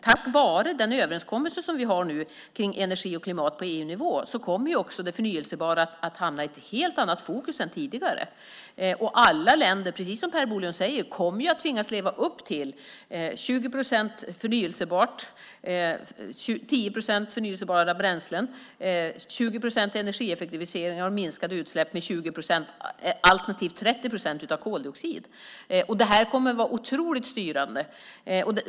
Tack vare den överenskommelse som vi har nu kring energi och klimat på EU-nivå kommer det förnybara också att hamna i ett helt annat fokus än tidigare. Precis som Per Bolund säger kommer alla länder att tvingas leva upp till 20 procent förnybar energi, 10 procent förnybara bränslen, 20 procent energieffektiviseringar och 20 alternativt 30 procents minskning av koldioxidutsläppen. Detta kommer att vara styrande.